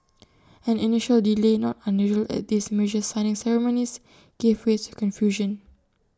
an initial delay not unusual at these major signing ceremonies gave way to confusion